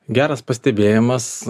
geras pastebėjimas